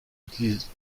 utilise